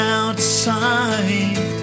outside